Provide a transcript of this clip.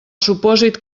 supòsit